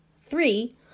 Three